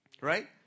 right